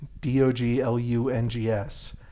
d-o-g-l-u-n-g-s